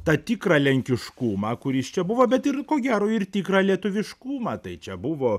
tą tikrą lenkiškumą kuris čia buvo bet ir ko gero ir tikrą lietuviškumą tai čia buvo